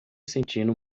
sentindo